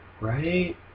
right